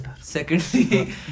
Secondly